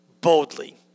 Boldly